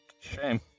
Shame